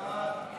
כן,